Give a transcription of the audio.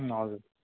हजुर